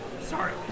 Sorry